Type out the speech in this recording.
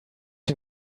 den